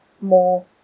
more